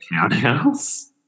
townhouse